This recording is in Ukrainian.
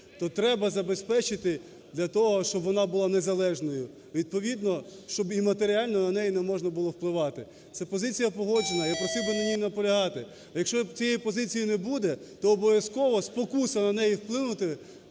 то треба забезпечити для того, щоб вона була незалежною, відповідно, щоб і матеріально на неї не можна було впливати. Ця позиція погоджена, я просив би на ній наполягати. А якщо цієї позиції не буде, то обов'язково спокуса на неї вплинути